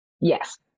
Yes